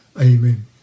Amen